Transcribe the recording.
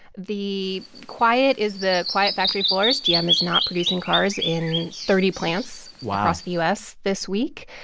the quiet is the quiet factory floors. gm is not producing cars in thirty plants. wow. across the u s. this week.